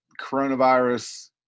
coronavirus